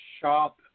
shop